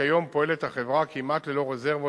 שכיום פועלת החברה כמעט ללא רזרבות,